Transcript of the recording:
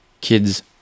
kids